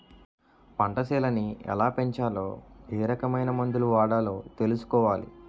పంటసేలని ఎలాపెంచాలో ఏరకమైన మందులు వాడాలో తెలుసుకోవాలి